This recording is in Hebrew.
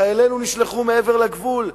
חיילינו נשלחו מעבר לגבול,